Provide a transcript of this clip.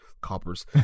coppers